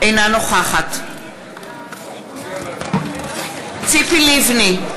אינה נוכחת ציפי לבני,